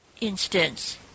instance